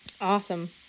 Awesome